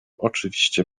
oczywiście